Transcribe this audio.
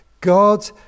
God